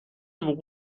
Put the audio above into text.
وقوع